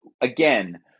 again